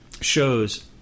shows